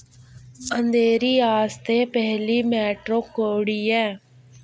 अंधेरी आस्तै पैह्ली मैट्रो कोह्ड़ी ऐ